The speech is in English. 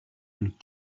and